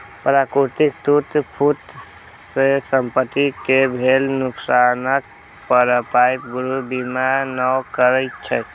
प्राकृतिक टूट फूट सं संपत्ति कें भेल नुकसानक भरपाई गृह बीमा नै करै छै